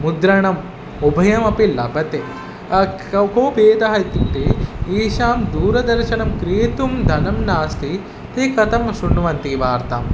मुद्रणम् उभयमपि लभते को भेदः इत्युक्ते एषां दूरदर्शनं क्रेतुं धनं नास्ति ते कथं श्रुण्वन्ति वार्ताम्